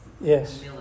Yes